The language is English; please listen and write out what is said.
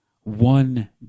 one